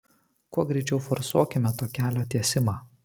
kuo greičiau forsuokime to kelio tiesimą